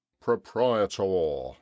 Proprietor